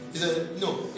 no